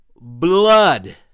Blood